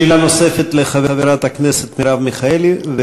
שאלה נוספת לחברת הכנסת מרב מיכאלי.